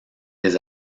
des